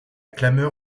clameur